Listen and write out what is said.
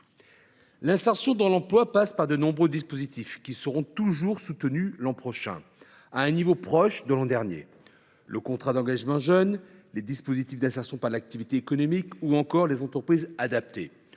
L’insertion dans l’emploi passe par de nombreux dispositifs qui seront reconduits l’an prochain à un niveau proche de celui de l’an dernier : le contrat d’engagement jeune (CEJ), les dispositifs d’insertion par l’activité économique, les entreprises adaptées,